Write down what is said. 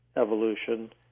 evolution